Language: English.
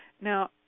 now